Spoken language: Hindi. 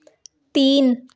तीन